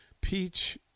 peach